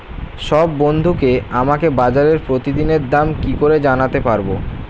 সব বন্ধুকে আমাকে বাজারের প্রতিদিনের দাম কি করে জানাতে পারবো?